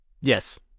Yes